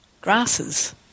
grasses